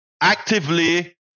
actively